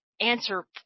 answer